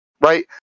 Right